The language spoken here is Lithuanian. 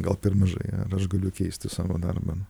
gal per mažai aš galiu keisti savo darbą